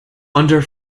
under